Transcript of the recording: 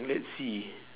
let's see